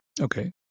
Okay